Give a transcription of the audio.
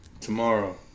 tomorrow